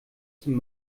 zum